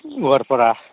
Guwarpara